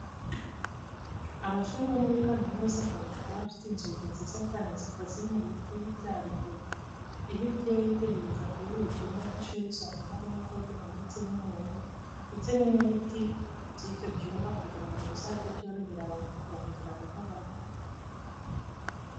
Amashuri yo muri kaminuza akunda kuba afite inzugi nziza cyane zikoze mu biti bya ribuyu. Iyo ugiye witegereza kuri buri cyumba cy'ishuri usanga hariho kode yanditseho umubare ndetse n'inyuguti by'icyo cyumba kugira ngo bizajye byorohera abantu kurangirana aho bari.